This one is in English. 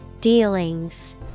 Dealings